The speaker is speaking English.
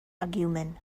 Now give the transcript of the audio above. argument